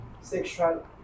sexual